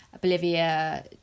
Bolivia